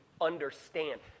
understand